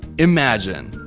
imagine,